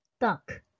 duck